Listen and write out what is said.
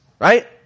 Right